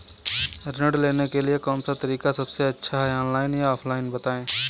ऋण लेने के लिए कौन सा तरीका सबसे अच्छा है ऑनलाइन या ऑफलाइन बताएँ?